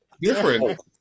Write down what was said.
Different